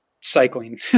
cycling